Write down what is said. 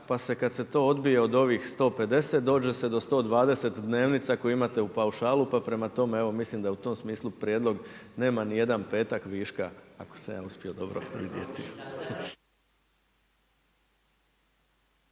pa se kad se to odbije od ovih 150 dođe se do 120 dnevnica koje imate u paušalu. Pa prema tome evo mislim da u tom smislu prijedlog nema nijedan petak viška ako sam ja uspio dobro izbrojiti.